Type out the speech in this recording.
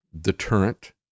deterrent